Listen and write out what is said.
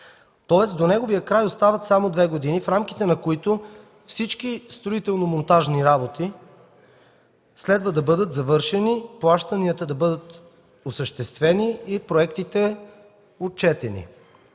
Тоест, до неговия край остават само две години, в рамките на които всички строително-монтажни работи следва да бъдат завършени, плащанията да бъдат осъществени и проектите отчетени,